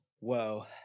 Whoa